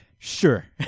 Sure